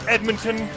Edmonton